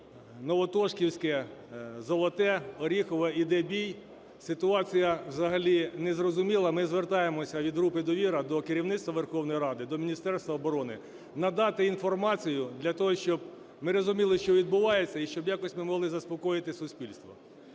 пунктів Новотошківське, Золоте, Оріхове іде бій, ситуація взагалі незрозуміла. Ми звертаємося від групи "Довіра" до керівництва Верховної Ради, до Міністерства оборони надати інформацію для того, щоб ми розуміли, що відбувається, і щоб якось ми могли заспокоїти суспільство.